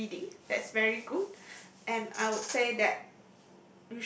of reading that's very good and I would say that